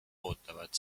ootavad